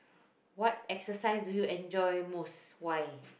what exercise do you enjoy most why